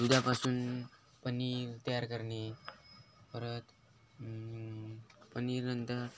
दुधापासून पनीर तयार करणे परत पनीरनंतर